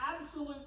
absolute